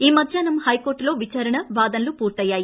ఈ మధ్యాహ్సం హైకోర్టులో విచారణవాదనలు పూర్తయ్యాయి